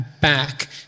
back